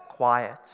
Quiet